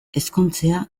ezkontzea